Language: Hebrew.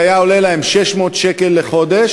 כך שהיה עולה להם 600 שקל לחודש,